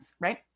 Right